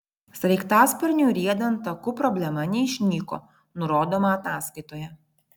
sraigtasparniui riedant taku problema neišnyko nurodoma ataskaitoje